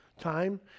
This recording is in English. Time